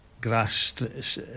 grass